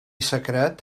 secret